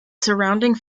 surrounding